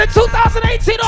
2018